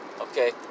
Okay